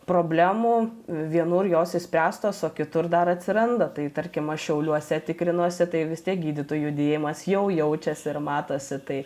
problemų vienur jos išspręstos o kitur dar atsiranda tai tarkim aš šiauliuose tikrinuosi tai vis tiek gydytojų judėjimas jau jaučiasi ir matosi tai